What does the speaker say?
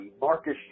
Marcus